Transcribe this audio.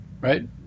right